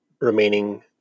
remaining